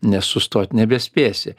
nes sustot nebespėsi